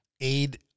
aid